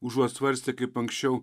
užuot svarstę kaip anksčiau